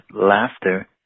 laughter